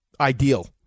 Ideal